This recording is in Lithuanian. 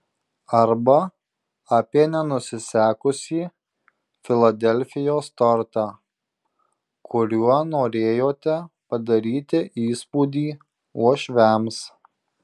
arba apie nenusisekusį filadelfijos tortą kuriuo norėjote padaryti įspūdį uošviams